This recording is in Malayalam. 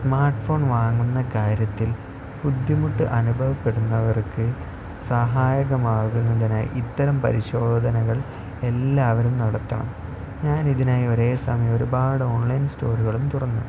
സ്മാർട്ട് ഫോൺ വാങ്ങുന്ന കാര്യത്തിൽ ബുദ്ധിമുട്ട് അനുഭവപ്പെടുന്നവർക്ക് സഹായകമാകുന്നതിനായി ഇത്തരം പരിശോധനകൾ എല്ലാവരും നടത്തണം ഞാൻ ഇതിനായി ഒരേ സമയം ഒരുപാട് ഓൺലൈൻ സ്റ്റോറുകളും തുടങ്ങുന്നു